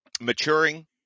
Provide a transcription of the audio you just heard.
Maturing